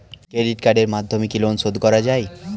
Credit কার্ডের মাধ্যমে কি লোন শোধ করা যায়?